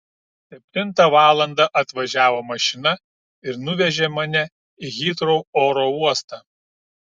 septintą valandą atvažiavo mašina ir nuvežė mane į hitrou oro uostą